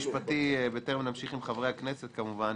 בטרם נמשיך עם חברי הכנסת כמובן,